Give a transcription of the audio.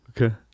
Okay